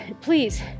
please